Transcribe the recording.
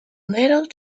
little